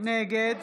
נגד